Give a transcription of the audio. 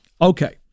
Okay